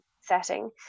setting